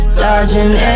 dodging